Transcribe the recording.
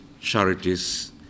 charities